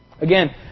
Again